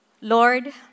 Lord